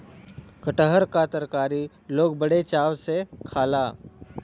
कटहर क तरकारी लोग बड़ी चाव से खाला